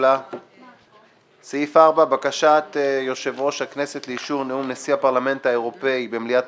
הצבעה בעד פה אחד בקשת יושב-ראש הכנסת למילוי מקומו בעת